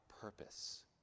purpose